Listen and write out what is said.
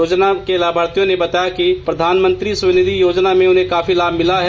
योजना के लाभार्थियों ने बताया कि प्रधानमंत्री स्वनिधि योजना में उन्हें काफी लाभ मिला है